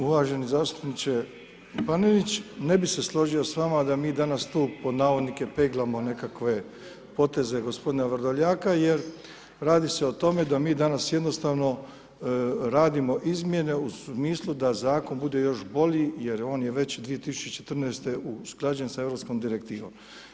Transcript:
Uvaženi zastupniče Panenić, ne bi se složio s vama da mi danas tu pod navodnike peglamo nekakve poteze gospodina Vrdoljaka, jer radi se o tome da mi danas jednostavno radimo izmjene u smislu da zakon bude još bolji jer on je već 2014. usklađen s europskom direktivom.